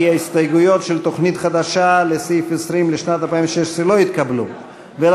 הסתייגויות של תוכנית חדשה, סעיף 20, ל-2016, מי